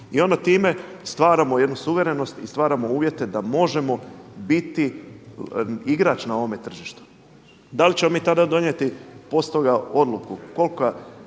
i onda time stvaramo jednu suverenost i stvaramo uvjete da možemo biti igrač na ovome tržištu. Da li ćemo mi tada donijeti poslije toga odluku